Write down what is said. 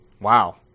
Wow